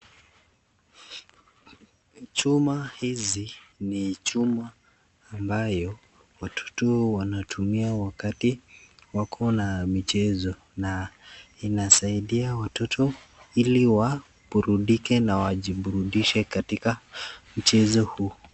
Chuma hizi ni chuma ambayo watoto wanatumia wakati wako na michezo na inasaidia watoto ili waburudike na wajiburudishe katika mchezo huu.